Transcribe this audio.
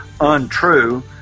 untrue